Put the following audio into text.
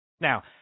Now